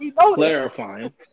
clarifying